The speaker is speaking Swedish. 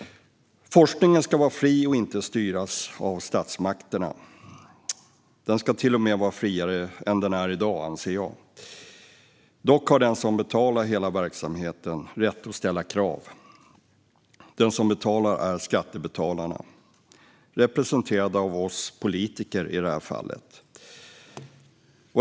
Forskningen ska vara fri och inte styras av statsmakterna. Den ska till och med vara friare än den är i dag, anser jag. Dock har den som betalar hela verksamheten rätt att ställa krav. De som betalar är skattebetalarna, representerade av oss politiker i detta fall.